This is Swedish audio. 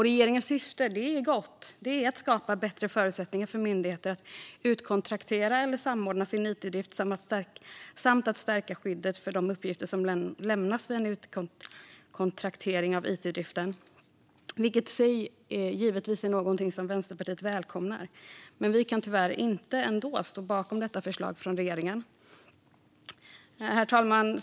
Regeringens syfte är gott; det är att skapa bättre förutsättningar för myndigheter att utkontraktera eller samordna sin it-drift samt att stärka skyddet för de uppgifter som lämnas vid en utkontraktering av it-driften. Detta i sig är givetvis något Vänsterpartiet välkomnar. Vi kan dock tyvärr ändå inte stå bakom detta förslag från regeringen. Herr talman!